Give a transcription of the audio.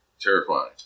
terrifying